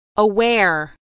Aware